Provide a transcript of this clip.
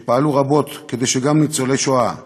שפעלו רבות כדי שגם ניצולי השואה